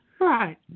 Right